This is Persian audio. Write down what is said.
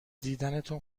دیدنتون